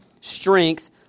strength